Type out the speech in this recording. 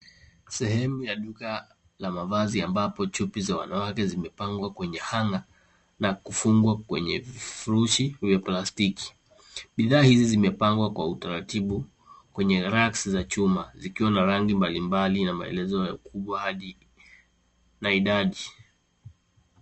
Sehemu ya duka la mavazi ambapo chupi za wanawake zimepangwa kwenye hanger na kufungwa kwenye vifurushi vya plastiki. Bidhaa hizi zimepangwa kwa utaratibu kwenye racks za chuma zikiwa na rangi mbalimbali na maelezo ya ukubwa hadi na idadi.